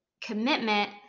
commitment